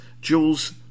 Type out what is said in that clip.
Jules